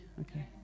okay